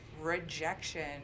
rejection